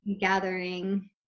gathering